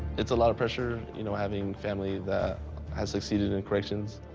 it's a lot of pressure you know having family that has succeeded in corrections,